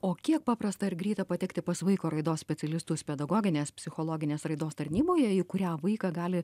o kiek paprasta ir greita patekti pas vaiko raidos specialistus pedagoginės psichologinės raidos tarnyboje į kurią vaiką gali